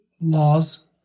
laws